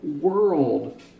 world